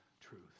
truth